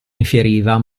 infieriva